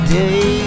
day